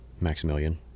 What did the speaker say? Maximilian